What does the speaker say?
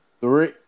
three